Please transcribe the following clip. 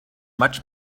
much